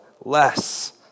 less